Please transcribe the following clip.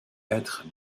être